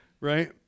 right